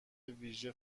ویژه